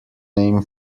name